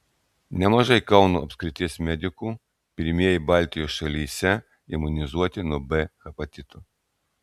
nemažai kauno apskrities medikų pirmieji baltijos šalyse imunizuoti nuo b hepatito